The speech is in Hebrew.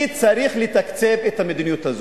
מי צריך לתקצב את המדיניות הזאת?